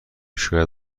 شاید